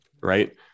right